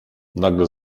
nagle